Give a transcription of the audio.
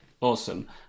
awesome